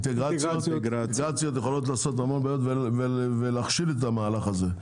אינטגרציות יכולות לעשות המון בעיות ולהכשיל את העניין הזה,